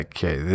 Okay